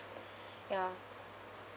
ya